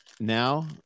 Now